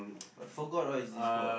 I forgot what is this called